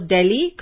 Delhi